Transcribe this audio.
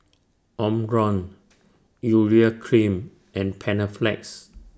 Omron Urea Cream and Panaflex